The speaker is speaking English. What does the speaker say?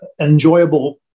enjoyable